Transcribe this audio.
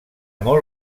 molt